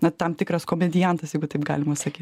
na tam tikras komediantas jeigu taip galima sakyt